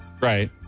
Right